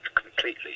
completely